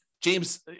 James